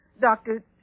Doctor